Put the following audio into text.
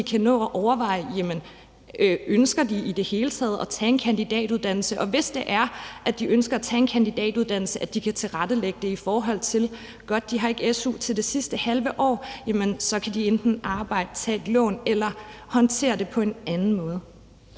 de kan nå at overveje, om de i det hele taget ønsker at tage en kandidatuddannelse. Hvis de ønsker at tage en kandidatuddannelse, kan de tilrettelægge det, i forhold til at de ikke har su til det sidste halve år, og så kan de enten arbejde, tage et lån eller håndtere det på en anden måde.